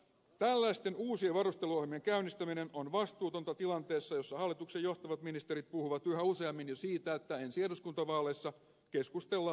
tällaisten uusien varusteluohjelmien käynnistäminen on vastuutonta tilanteessa jossa hallituksen johtavat ministerit puhuvat yhä useammin jo siitä että ensi eduskuntavaaleissa keskustellaan leikkauslistoista